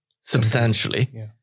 substantially